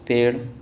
پیڑ